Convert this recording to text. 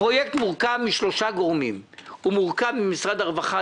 הפרויקט מורכב משלושה גורמים: משרד הרווחה,